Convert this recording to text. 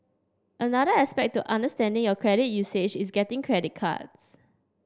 another aspect to understanding your credit usage is getting credit cards